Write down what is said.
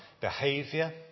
behaviour